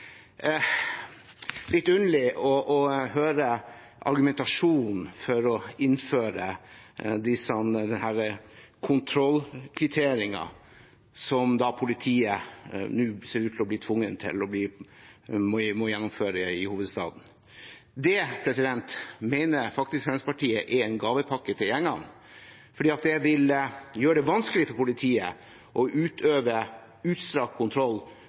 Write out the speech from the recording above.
litt underlig å høre argumentasjonen for å innføre kontrollkvitteringer, som politiet nå ser ut til å bli tvunget til i hovedstaden. Det mener Fremskrittspartiet faktisk er en gavepakke til gjengene, for det vil gjøre det vanskelig for politiet å utøve utstrakt kontroll